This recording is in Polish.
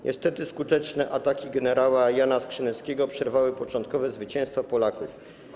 Niestety nieskuteczne ataki gen. Jana Skrzyneckiego przerwały początkowe zwycięstwa Polaków.